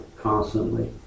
constantly